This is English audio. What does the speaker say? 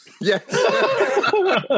Yes